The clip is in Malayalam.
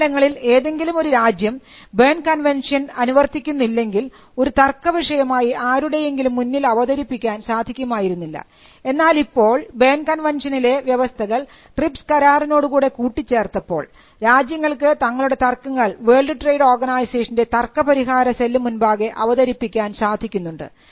മുൻകാലങ്ങളിൽ ഏതെങ്കിലും ഒരു രാജ്യം ബേൺ കൺവൻഷൻ അനുവർത്തിക്കുന്നില്ലെങ്കിൽ ഒരു തർക്കവിഷയമായി ആരുടെയെങ്കിലും മുന്നിൽ അവതരിപ്പിക്കാൻ സാധിക്കുമായിരുന്നില്ല എന്നാൽ ഇപ്പോൾ ബേൺ കൺവെൻഷനിലെ വ്യവസ്ഥകൾ ട്രിപ്സ് കരാറിനോടുകൂടെ കൂട്ടിച്ചേർത്തപ്പോൾ രാജ്യങ്ങൾക്ക് ഞങ്ങളുടെ തർക്കങ്ങൾ വേൾഡ് ട്രേഡ് ഓർഗനൈസേഷൻറെ തർക്ക പരിഹാര സെല്ല് മുൻപാകെ അവതരിപ്പിക്കാൻ സാധിക്കുന്നുണ്ട്